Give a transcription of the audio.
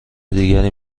دیگری